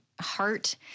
heart